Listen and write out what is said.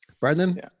Brendan